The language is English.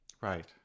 Right